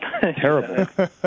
Terrible